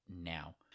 now